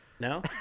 No